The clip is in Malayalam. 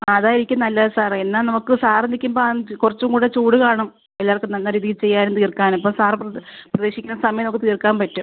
ആ അതായിരിക്കും നല്ലത് സാറേ എന്നാൽ നമുക്ക് സാർ നിൽക്കുമ്പോൾ ആ കുറച്ചും കൂടെ ചൂട് കാണും എല്ലാവർക്കും നല്ല രീതിയിൽ ചെയ്യാനും തീർക്കാനും അപ്പോൾ സാർ പ്രത് പ്രതീക്ഷിക്കുന്ന സമയം നമുക്ക് തീർക്കാൻ പറ്റും